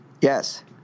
Yes